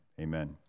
amen